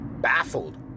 baffled